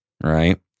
right